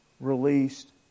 released